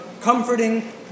comforting